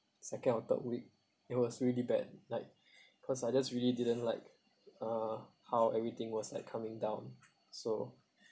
second or third week it was really bad like cause I just really didn't like uh how everything was like coming down so